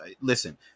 listen